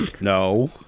No